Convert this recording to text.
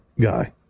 guy